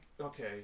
okay